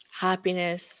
happiness